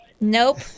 Nope